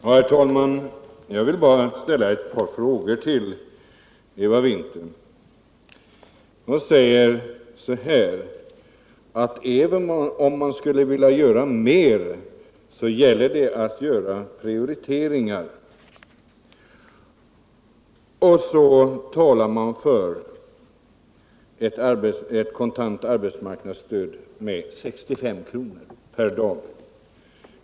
Herr talman! Jag vill bara ställa ett par frågor till Eva Winther. Hon säger att även om man skulle vilja göra mer måste man ändå göra prioriteringar, och så talar hon för ett kontant arbetsmarknadsstöd med 65 kr. per dag.